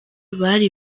bari